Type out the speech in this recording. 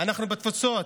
אנחנו בתפוצות,